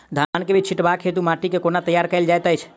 धान केँ बीज छिटबाक हेतु माटि केँ कोना तैयार कएल जाइत अछि?